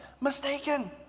mistaken